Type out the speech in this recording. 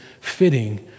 fitting